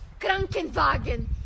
Krankenwagen